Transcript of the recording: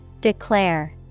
Declare